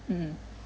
mm